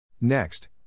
Next